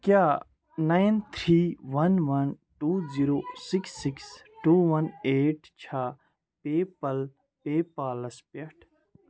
کیٛاہ nine three one one two zero six six two one eight چھا PayPal پے پالس پٮ۪ٹھ؟